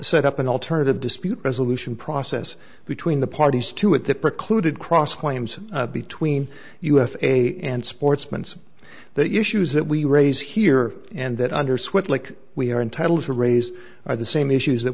set up an alternative dispute resolution process between the parties to at the precluded cross claims between us a and sportsman's the issues that we raise here and that under swift like we are entitled to raise the same issues that